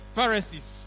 Pharisees